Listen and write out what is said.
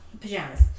pajamas